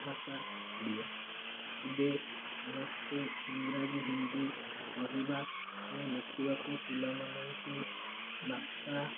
ଭାଷା ଓଡ଼ିଆ ଏବେ ସମସ୍ତେ ଇଂରାଜୀ ହିନ୍ଦୀ କହିବା ଓ ଲେଖିବାକୁ ପିଲାମାନଙ୍କୁ ବାପା